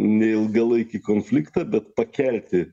ne ilgalaikį konfliktą bet pakelti